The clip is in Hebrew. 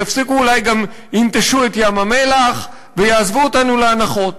ינטשו את ים-המלח ויעזבו אותנו לאנחות.